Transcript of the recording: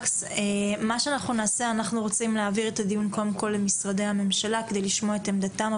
אנחנו רוצים להעביר את הדיון למשרדי הממשלה כדי לשמוע את עמדתם,